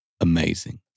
amazing